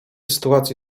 sytuacji